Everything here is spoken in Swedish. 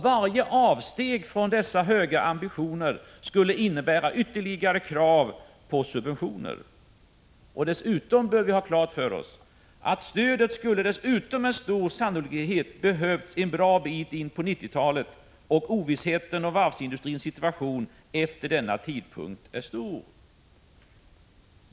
Varje avsteg från dessa höga ambitioner skulle ha inneburit ytterligare krav på subventioner. Vi bör dessutom ha klart för oss att stödet med stor sannolikhet skulle ha behövts en bra bit in på 1990-talet, och ovissheten om varvsindustrins situation efter denna tidpunkt är stor.